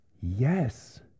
Yes